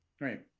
Right